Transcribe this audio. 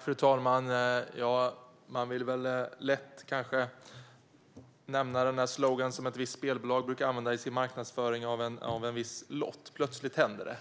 Fru talman! Det är lätt att vilja nämna en slogan som ett visst spelbolag brukar använda i sin marknadsföring av en viss lott: Plötsligt händer det!